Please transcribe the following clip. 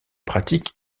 pratique